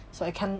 so I can't